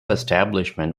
establishment